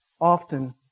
often